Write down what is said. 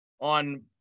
on